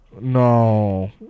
no